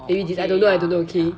maybe thi~ I don't know I don't know okay